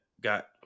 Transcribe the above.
got